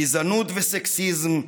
גזענות וסקסיזם,